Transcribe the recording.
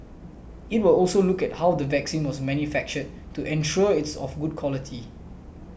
it will also look at how the vaccine was manufactured to ensure it's of good quality